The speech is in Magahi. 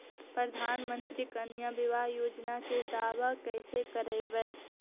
प्रधानमंत्री कन्या बिबाह योजना के दाबा कैसे करबै?